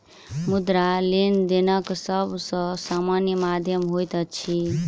मुद्रा, लेनदेनक सब सॅ सामान्य माध्यम होइत अछि